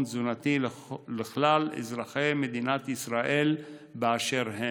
תזונתי לכלל אזרחי מדינת ישראל באשר הם.